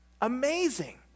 amazing